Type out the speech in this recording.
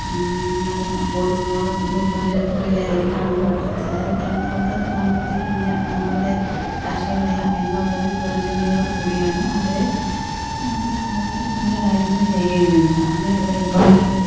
മതം അങ്ങോട്ടും ഇങ്ങോട്ടും ഒരു ഒരു ജാതിക്ക് ഒരു ജാതീനെ കാണാൻ പാടില്ലാത്ത അതായത് അവർക്കത് കാണുമ്പോഴത്തേക്ക് ഇന്ന നമ്മളുടെ രാഷ്ട്രീയമല്ല എന്നുള്ളൊരു വെറു ചിന്തയോടു കൂടിയാണ് അവർ നമ്മളെ കാണുകയും നമ്മുടെ കാര്യങ്ങൾ ചെയ്യുകയും ചെയ്യുന്നത് അങ്ങനെ വരുമ്പോൾ